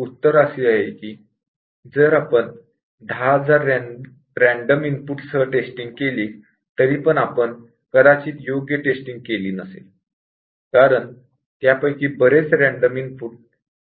उत्तर असे आहे की जर आपण 10000 रँडम इनपुट सह टेस्टिंग केली तरीपण आपण कदाचित योग्य टेस्टिंग केली नसेल कारण त्यापैकी बरेच रँडम इनपुट